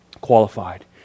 Qualified